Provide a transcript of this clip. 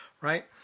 right